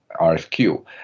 RFQ